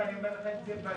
ואני אומר בוודאות.